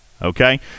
Okay